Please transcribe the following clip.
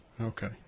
Okay